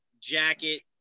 jacket